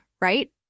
right